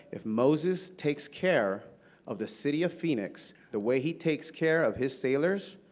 if moses takes care of the city of phoenix the way he takes care of his sailors,